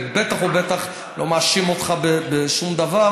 ובטח ובטח לא מאשים אותך בשום דבר.